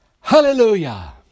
Hallelujah